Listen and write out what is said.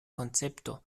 koncepto